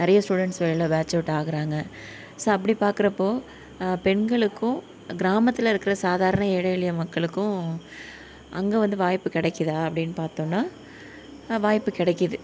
நிறைய ஸ்டூடெண்ஸ் வெளில batch out ஆகுறாங்க ஸோ அப்படி பாக்கிறப்போ பெண்களுக்கும் கிராமத்தில் இருக்கிற சாதாரண ஏழை எளிய மக்களுக்கும் அங்கே வந்து வாய்ப்பு கிடைக்கிதா அப்டின்னு பாத்தோம்னா வாய்ப்பு கிடைக்கிது